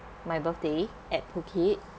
my birthday at phuket